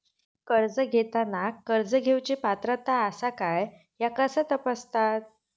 कर्ज घेताना कर्ज घेवची पात्रता आसा काय ह्या कसा तपासतात?